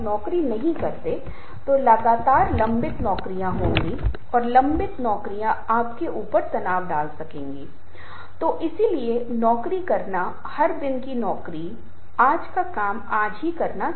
जो कुछ हो सकता है हम बाद में लेंगे जब हम समग्र अवधारणा संगीत के तत्व ध्वनि के तत्व के बारे में बात करेंगे जिसकी चर्चा हम बाद के समय में करेंगे